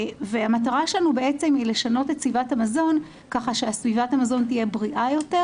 המטרה שלנו היא לשנות את סביבת המזון כך שסביבת המזון תהיה בריאה יותר,